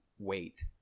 wait